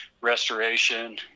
restoration